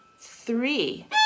three